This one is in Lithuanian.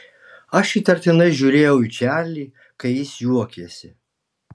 aš įtartinai žiūrėjau į čarlį kai jis juokėsi